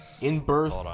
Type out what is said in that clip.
In-Birth